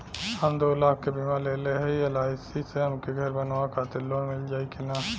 हम दूलाख क बीमा लेले हई एल.आई.सी से हमके घर बनवावे खातिर लोन मिल जाई कि ना?